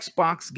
Xbox